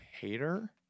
Hater